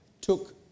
took